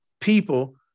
people